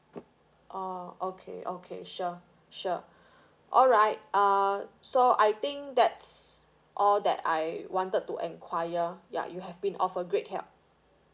orh okay okay sure sure alright uh so I think that's all that I wanted to enquire ya you have been offered great help